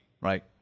right